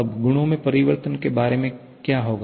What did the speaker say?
अब गुणों में परिवर्तन के बारे में क्या होगा